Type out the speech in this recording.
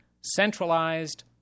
centralized